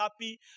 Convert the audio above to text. happy